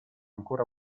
ancora